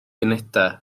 unedau